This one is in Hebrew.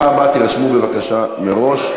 בפעם הבאה תירשמו בבקשה מראש.